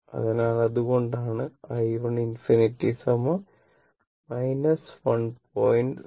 അതിനാൽ അതുകൊണ്ടാണ് i 1 ∞ 1